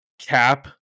Cap